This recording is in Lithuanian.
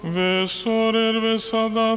visur ir visada